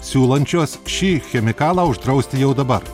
siūlančios šį chemikalą uždrausti jau dabar